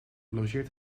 logeert